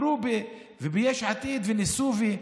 אני זוכר שכל הזמן דיברו ביש עתיד, וניסו והגישו